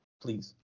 Please